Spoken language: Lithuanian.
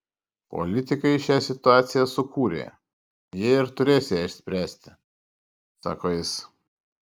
politikai šią situaciją sukūrė jie ir turės ją išspręsti sako jis